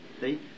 See